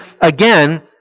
again